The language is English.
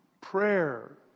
prayer